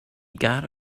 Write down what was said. got